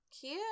Cute